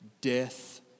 death